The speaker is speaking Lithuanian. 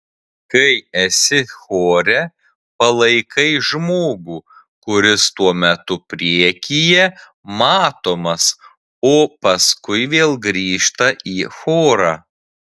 kai esi chore palaikai žmogų kuris tuo metu priekyje matomas o paskui vėl grįžta į chorą